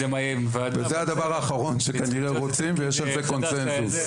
וזה הדבר האחרון שכנראה רוצים ויש על זה קונצנזוס,